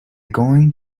going